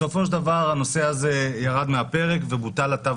בסופו של דבר הנושא הזה ירד מהפרק ובוטל התו